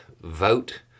vote